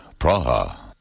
Praha